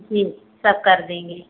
जी सब कर देंगे